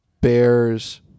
bears